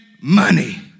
money